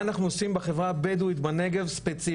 מה אנחנו עושים בחברה הבדואית ספציפית,